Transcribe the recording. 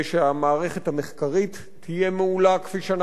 שהמערכת המחקרית תהיה מעולה כפי שאנחנו רוצים,